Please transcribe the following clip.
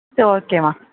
சேரி ஓகேம்மா